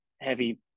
heavy